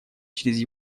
через